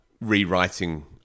rewriting